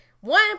One